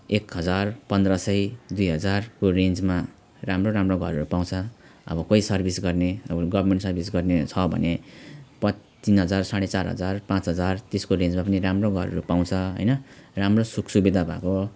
एक हजार पन्ध्र सय दुई हजारको रेन्जमा राम्रो राम्रो घरहरू पाउँछ अब कोही सर्भिस गर्ने गभर्मेन्ट सर्भिस गर्ने छ भने पछ तिन हजार साढे चार हजार पाँच हजार त्यसको रेन्जमा पनि राम्रो घरहरू पाउँछ होइन राम्रो सुख सुविधा भएको